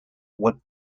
what